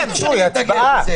הצבעה.